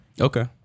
Okay